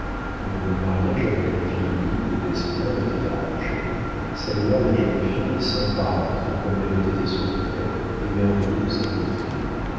dont le mariage avec la fille unique de desplein était arrangé salua la jeune fille sans paraître comme l'avait été son père émerveillé de sa beauté